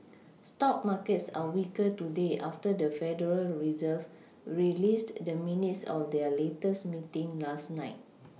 stock markets are weaker today after the federal Reserve released the minutes of their latest meeting last night